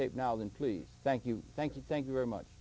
tape now and please thank you thank you thank you very much